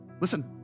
Listen